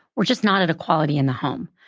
we're just not at equality in the home.